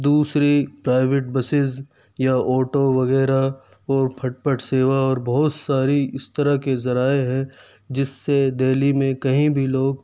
دوسری private buses یا auto وغیرہ اور پھٹ پھٹ سیوا اور بہت ساری اس طرح کے ذرائع ہیں جس سے دہلی میں کہیں بھی لوگ